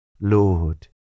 Lord